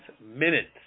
minutes